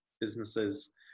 businesses